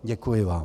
Děkuji vám.